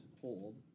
hold